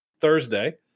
Thursday